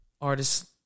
artists